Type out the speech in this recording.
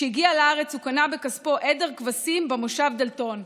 כשהגיע לארץ הוא קנה בכספו עדר כבשים במושב דלתון,